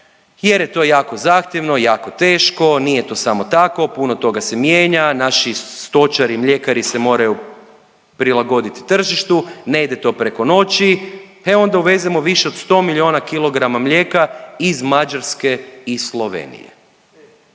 jer je to jako zahtjevno, jako teško, nije to samo tako, puno toga se mijenja, naši stočari, mljekari se moraju prilagoditi tržištu. Ne ide to preko noći. E onda uvezemo više od 100 milijona kilograma mlijeka iz Mađarske i Slovenije,